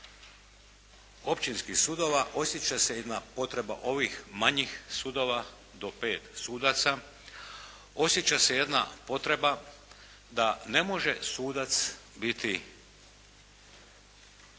općinskih sudova, osjeća se jedna potreba ovih manjih sudova do pet sudaca, osjeća se jedna potreba da ne može sudac biti